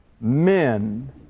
Men